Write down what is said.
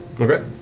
Okay